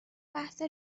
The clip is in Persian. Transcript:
بحث